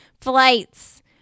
flights